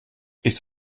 isst